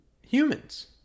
humans